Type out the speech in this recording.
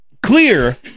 Clear